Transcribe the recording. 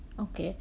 okay